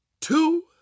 two